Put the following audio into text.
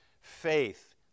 Faith